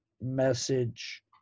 message